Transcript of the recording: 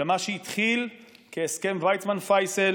אלא מה שהתחיל כהסכם ויצמן-פייסל